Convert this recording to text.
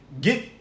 get